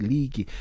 League